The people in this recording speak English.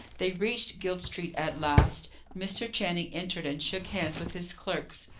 they reached guild street at last. mr. channing entered and shook hands with his clerks,